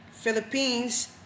Philippines